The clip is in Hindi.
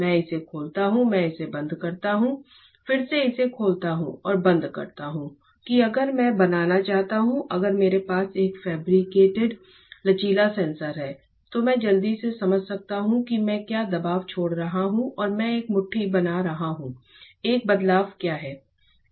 मैं इसे खोलता हूं मैं इसे बंद करता हूं फिर से इसे खोलता हूं और बंद करता हूं कि अगर मैं बनाना चाहता हूं अगर मेरे पास एक फैब्रिकेटेड लचीला सेंसर है तो मैं जल्दी से समझ सकता हूं कि मैं क्या दबाव छोड़ रहा हूं और मैं एक मुट्ठी बना रहा हूं एक बदलाव क्या है